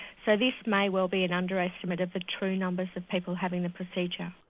so this may well be an under-estimate of the true numbers of people having the procedure.